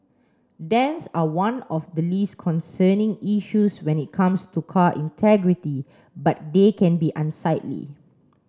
dents are one of the least concerning issues when it comes to car integrity but they can be unsightly